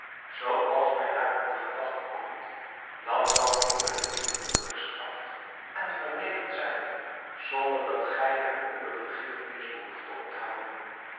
zooals mij daar in de gedachte komt dan zal noureddin voldoende gestraft en vernederd zijn zonder dat gij hem uwe vergiffenis behoeft te onthouden